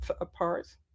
apart